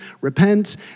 Repent